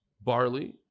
barley